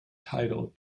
title